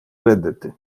reddetti